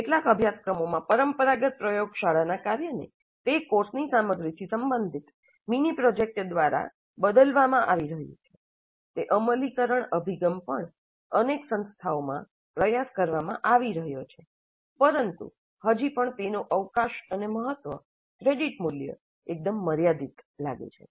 કેટલાક અભ્યાસક્રમોમાં પરંપરાગત પ્રયોગશાળાના કાર્યને તે કોર્સની સામગ્રીથી સંબંધિત મીની પ્રોજેક્ટ દ્વારા બદલવામાં આવી રહ્યું છે તે અમલીકરણ અભિગમ પણ અનેક સંસ્થાઓમાં પ્રયાસ કરવામાં આવી રહ્યો છે પરંતુ હજી પણ તેનો અવકાશ અને મહત્વ ક્રેડિટ મૂલ્ય એકદમ મર્યાદિત લાગે છે